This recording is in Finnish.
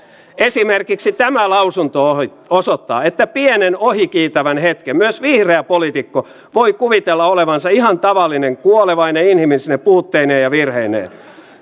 esimerkiksi tämä lausunto osoittaa että pienen ohikiitävän hetken myös vihreä poliitikko voi kuvitella olevansa ihan tavallinen kuolevainen inhimillisine puutteineen ja virheineen